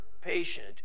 patient